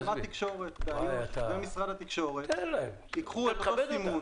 קמ"ט תקשורת באיו"ש ומשרד התקשורת ייקחו את אותו סימון